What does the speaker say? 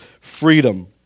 freedom